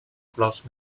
clos